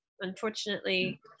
unfortunately